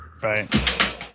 Right